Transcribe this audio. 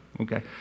okay